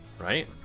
Right